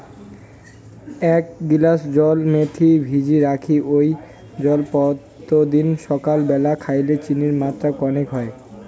এ্যাক গিলাস জল মেথি ভিজি রাখি ওই জল পত্যিদিন সাকাল ব্যালা খাইলে চিনির মাত্রা কণেক হই